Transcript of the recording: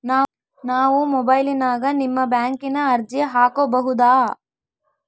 ನಾವು ಮೊಬೈಲಿನ್ಯಾಗ ನಿಮ್ಮ ಬ್ಯಾಂಕಿನ ಅರ್ಜಿ ಹಾಕೊಬಹುದಾ?